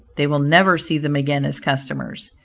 they will never see them again as customers.